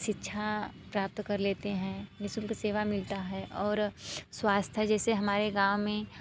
शिक्षा प्राप्त कर लेते हैं नि शुल्क सेवा मिलता है और स्वास्थ्य जैसे हमारे गाँव में